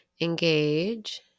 engage